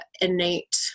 innate